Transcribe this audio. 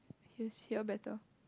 use here better